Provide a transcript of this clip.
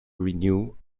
renew